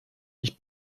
ich